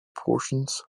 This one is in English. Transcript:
portions